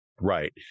Right